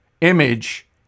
Image